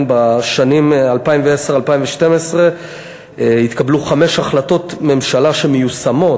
בשנים 2010 2012 התקבלו חמש החלטות ממשלה שמיושמות,